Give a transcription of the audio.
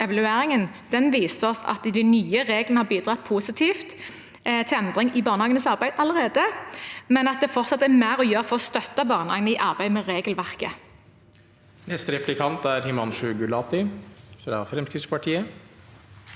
viser at de nye reglene allerede har bidratt positivt til endring i barnehagenes arbeid, men at det fortsatt er mer å gjøre for å støtte barnehagene i arbeidet med regelverket.